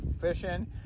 fishing